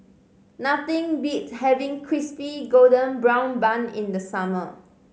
nothing beats having Crispy Golden Brown Bun in the summer